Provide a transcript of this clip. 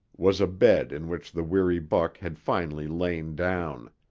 was a bed in which the weary buck had finally lain down.